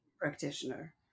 practitioner